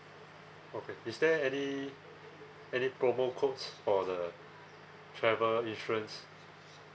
okay is there any any promo codes for the travel insurance